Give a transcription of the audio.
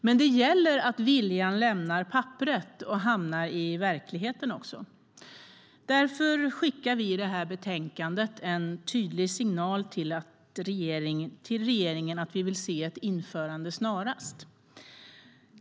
Men det gäller att viljan också lämnar papperet och hamnar i verkligheten. Därför skickar vi i det här betänkandet en tydlig signal till regeringen om att vi vill se ett införande snarast.